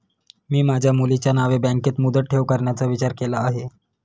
मी माझ्या मुलीच्या नावे बँकेत मुदत ठेव करण्याचा विचार केला आहे